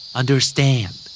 understand